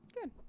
good